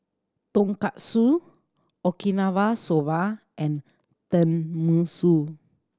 Tonkatsu Okinawa Soba and Tenmusu